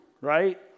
right